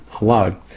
allowed